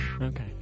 Okay